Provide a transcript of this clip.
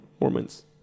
Mormons